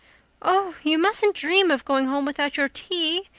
oh, you mustn't dream of going home without your tea,